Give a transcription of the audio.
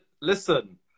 listen